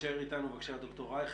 תישאר איתנו, בבקשה, ד"ר רייכר.